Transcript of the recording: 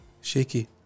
Shaky